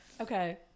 okay